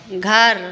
घर